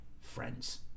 friends